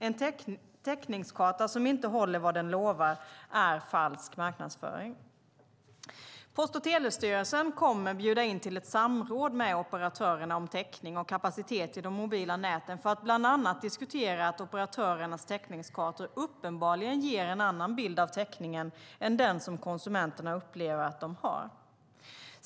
En täckningskarta som inte håller vad den lovar är falsk marknadsföring. Post och telestyrelsen kommer att bjuda in till ett samråd med operatörerna om täckning och kapacitet i de mobila näten, för att bland annat diskutera att operatörernas täckningskartor uppenbarligen ger en annan bild av täckningen än den som konsumenterna upplever att de har.